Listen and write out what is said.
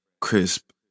crisp